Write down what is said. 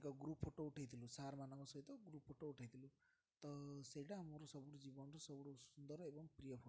ଏକ group photo ଉଠାଇଥିଲୁ sir ମାନଙ୍କ ସହିତ ଗ୍ରୁପ୍ ଫଟୋ ଉଠାଇଥିଲୁ ତ ସେଇଟା ମୋର ସବୁଠ ଜୀବନର ସବୁ ସୁନ୍ଦର ଏବଂ ପ୍ରିୟ ଫଟୋ